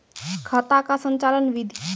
खाता का संचालन बिधि?